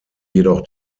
jedoch